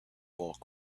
bulk